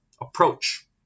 approach